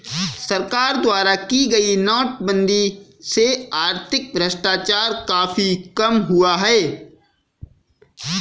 सरकार द्वारा की गई नोटबंदी से आर्थिक भ्रष्टाचार काफी कम हुआ है